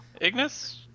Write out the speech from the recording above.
ignis